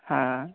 হ্যাঁ